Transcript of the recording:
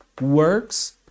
works